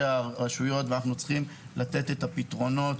הכנסת, ואנחנו צריכים לתת פתרונות.